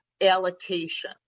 allocation